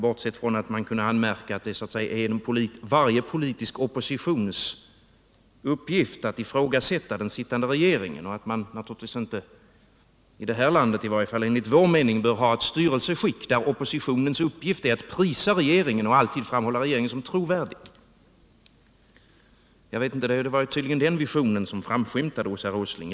Bortsett från att man kunde anmärka att det är varje politisk oppositions uppgift att ifrågasätta den sittande regeringens åtgärder och att man i det här landet, åtminstone enligt vår mening, inte bör ha ett styrelseskick där oppositionens uppgift är att prisa regeringen och alltid framhålla denna som trovärdig — tydligen var det den visionen som framskymtade hos herr Åsling.